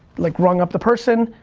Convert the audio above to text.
like rung up the person,